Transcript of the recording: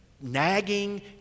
nagging